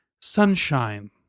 sunshine